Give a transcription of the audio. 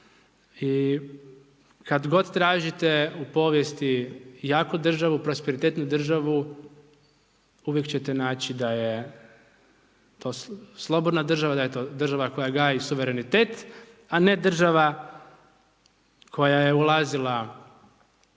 i kad god tražite u povijesti jaku državu, prosperitetnu državu, uvijek ćete naći da je to slobodna država, da je to država koja gaji suverenitet, a ne država koja je ulazila u